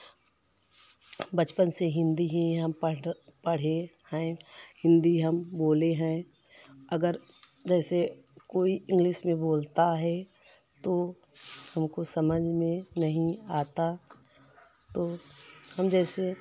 बचपन से ही हिंदी ही हम पढ़ पढ़े हैं हिंदी हम बोले हैं अगर जैसे कोई इंग्लिश में बोलता है तो हमको समझ में नहीं आता तो हम जैसे